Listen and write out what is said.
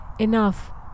enough